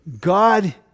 God